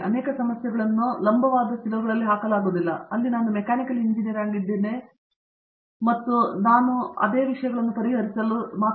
ಅನೇಕ ಸಮಸ್ಯೆಗಳನ್ನು ಲಂಬವಾದ ಸಿಲೋಗಳಲ್ಲಿ ಹಾಕಲಾಗುವುದಿಲ್ಲ ಅಲ್ಲಿ ನಾನು ಮೆಕ್ಯಾನಿಕಲ್ ಎಂಜಿನಿಯರ್ ಆಗಿದ್ದೇನೆ ಮತ್ತು UG ಮೆಕ್ಯಾನಿಕಲ್ ಇಂಜಿನಿಯರಿಂಗ್ನಲ್ಲಿ ನಾನು ಕಲಿತ ವಿಶಯ ಈ ಸಮಸ್ಯೆಯನ್ನು ಪರಿಹರಿಸಲು ಸಾಕು